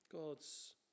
God's